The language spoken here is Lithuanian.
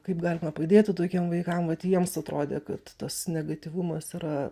kaip galima padėti tokiem vaikam vat jiems atrodė kad tas negatyvumas yra